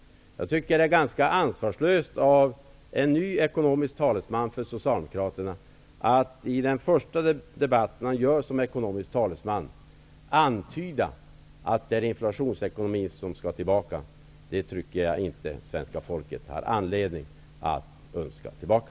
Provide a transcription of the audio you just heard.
Jag tycker att det är ganska ansvarslöst av en ny ekonomisk talesman för socialdemokraterna att i den första debatten i den egenskapen antyda att inflationsekonomin skall tillbaka. Svenska folket har inte anledning att önska den tillbaka.